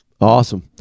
Awesome